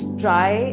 try